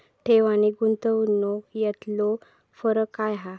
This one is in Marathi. ठेव आनी गुंतवणूक यातलो फरक काय हा?